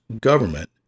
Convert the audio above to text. government